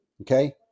Okay